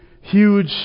huge